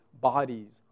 bodies